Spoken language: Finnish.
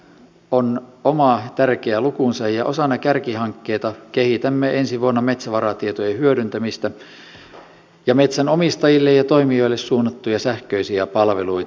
metsätalous on oma tärkeä lukunsa ja osana kärkihankkeita kehitämme ensi vuonna metsävaratietojen hyödyntämistä ja metsänomistajille ja toimijoille suunnattuja sähköisiä palveluita